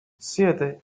siete